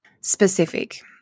Specific